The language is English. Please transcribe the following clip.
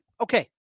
Okay